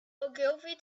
ogilvy